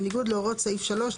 בניגוד להוראות סעיף 3,